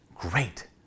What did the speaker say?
great